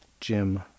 Jim